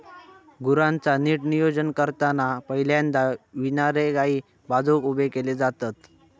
गुरांचा नीट नियोजन करताना पहिल्यांदा विणारे गायी बाजुक उभे केले जातत